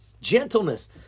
Gentleness